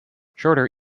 shorter